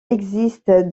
existe